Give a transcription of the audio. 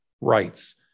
rights